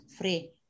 free